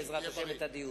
בעזרת השם, את הדיון.